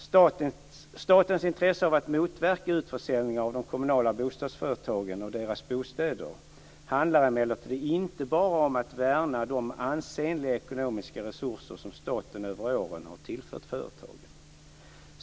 Statens intresse av att motverka utförsäljningar av de kommunala bostadsföretagen och deras bostäder handlar emellertid inte bara om att värna om de ansenliga ekonomiska resurser som staten över åren har tillfört företagen.